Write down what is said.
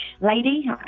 lady